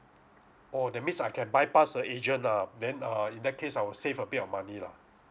oh that means I can bypass the agent ah then uh in that case I will save a bit of money lah